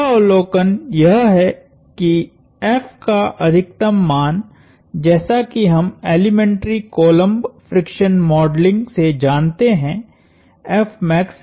दूसरा अवलोकन यह है कि F का अधिकतम मान जैसा कि हम एलिमेन्ट्री कोलोम्ब फ्रिक्शन मॉडलिंग से जानते हैंहै